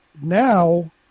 now